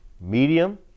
Medium